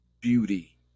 beauty